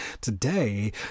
today